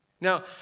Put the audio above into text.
Now